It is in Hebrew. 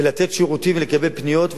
ולתת שירותים לגבי פניות,